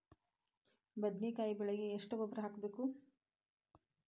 ಬದ್ನಿಕಾಯಿ ಬೆಳಿಗೆ ಎಷ್ಟ ಗೊಬ್ಬರ ಹಾಕ್ಬೇಕು?